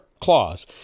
clause